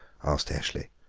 asked eshley.